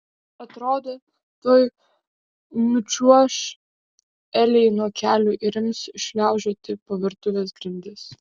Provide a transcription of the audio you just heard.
atrodė tuoj nučiuoš elei nuo kelių ir ims šliaužioti po virtuvės grindis